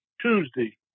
Tuesday